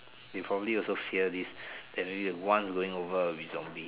they probably also fear this that maybe one is going over will be zombie